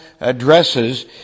addresses